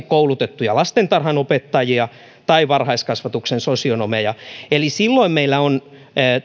koulutettuja lastentarhanopettajia tai varhaiskasvatuksen sosionomeja eli silloin meillä on